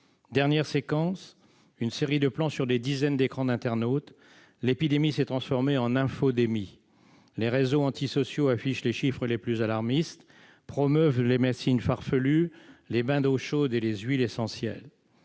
Dernière séquence : une série de plans sur des dizaines d'écrans d'internautes. L'épidémie s'est transformée en « infodémie ». Les réseaux antisociaux affichent les chiffres les plus alarmistes, promeuvent les médecines farfelues, les bains d'eau chaude et les huiles essentielles.